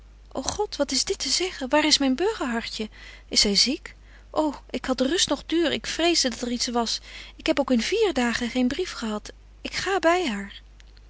ô god wat is dit te zeggen waar is myn burgerhartje is zy ziek ô ik had rust noch duur ik vreesde dat er iets was ik heb ook in vier dagen geen brief gehad ik ga by haar